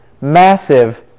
massive